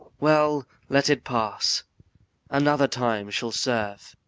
well, let it pass another time shall serve.